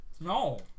No